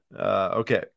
Okay